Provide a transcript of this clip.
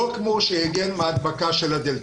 לא כמו שהגן מהדבקה של ה-דלתא.